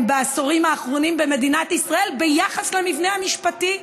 בעשורים האחרונים במדינת ישראל ביחס למבנה המשפחתי.